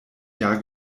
jahr